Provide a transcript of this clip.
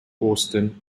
austin